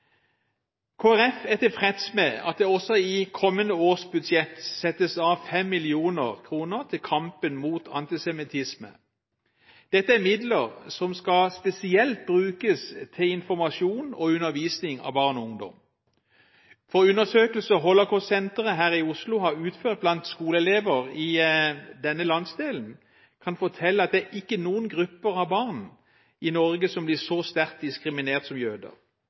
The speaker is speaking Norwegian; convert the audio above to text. Folkeparti er tilfreds med at det også i kommende års budsjett settes av 5 mill. kr til kampen mot antisemittisme. Dette er midler som spesielt skal brukes til informasjon og undervisning av barn og ungdom. Undersøkelser Holocaust-senteret her i Oslo har utført blant skoleelever i denne landsdelen, kan fortelle at det ikke er noen grupper av barn i Norge som blir så sterkt diskriminert som jøder.